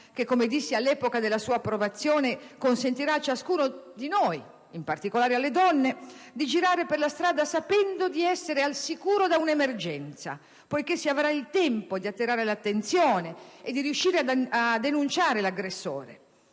che, come dissi all'epoca della sua approvazione, consentirà a ciascuno di noi, in particolare alle donne, di girare per la strada sapendo di essere al sicuro da un'emergenza, poiché si avrà il tempo di attirare l'attenzione e di riuscire a denunciare l'aggressore.